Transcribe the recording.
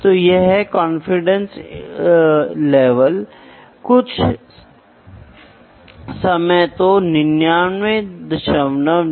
हो सकता है कि वॉशर जो अंदर है वह दूर हो गया है या आंतरिक भाग में असेंबली ने दूर कर दिया है